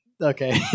Okay